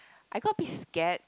I got a bit scared